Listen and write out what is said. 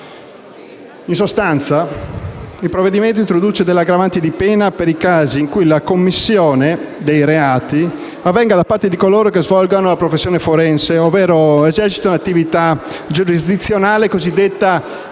In sostanza, il provvedimento introduce aggravanti di pena per i casi in cui la commissione dei reati avvenga da parte di coloro che svolgono la professione forense ovvero esercitano attività giurisdizionale cosiddetta di prossimità